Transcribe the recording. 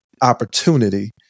opportunity